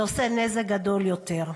זה עושה נזק גדול יותר.